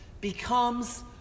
becomes